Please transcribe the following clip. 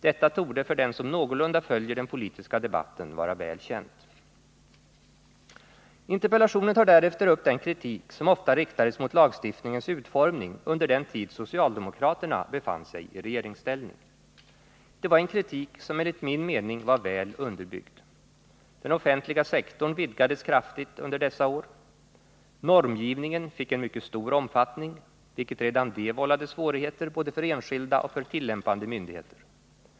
Detta torde för den som någorlunda följer den politiska debatten vara väl känt. Interpellationen tar därefter upp den kritik som ofta riktades mot lagstiftningens utformning under den tid socialdemokraterna befann sig i regeringsställning. Det var en kritik som enligt min mening var väl underbyggd. Den offentliga sektorn vidgades kraftigt under dessa år. Normgivningen fick en mycket stor omfattning, vilket redan det vållade svårigheter både för enskilda och för tillämpande myndigheter.